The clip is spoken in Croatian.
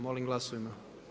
Molim glasujmo.